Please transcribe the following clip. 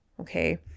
Okay